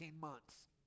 months